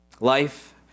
life